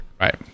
Right